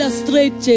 straight